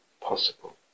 possible